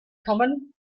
common